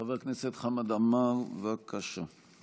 חבר הכנסת חמד עמאר, בבקשה.